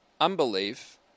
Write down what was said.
Unbelief